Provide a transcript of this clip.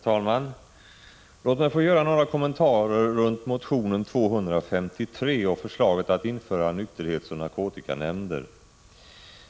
Herr talman! Låt mig få göra några kommentarer runt motion 253 och förslaget att införa nykterhetsoch narkotikanämnder.